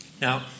Now